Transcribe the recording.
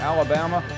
Alabama